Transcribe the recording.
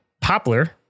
poplar